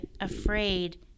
afraid